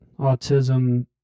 autism